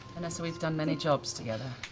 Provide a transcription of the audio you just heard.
vanessa, we've done many jobs together.